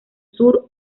sur